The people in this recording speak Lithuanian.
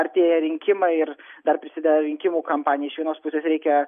artėja rinkimai ir dar prisideda rinkimų kampanija iš vienos pusės reikia